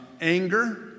Anger